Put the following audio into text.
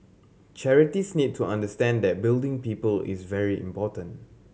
charities need to understand that building people is very important